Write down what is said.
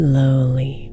Slowly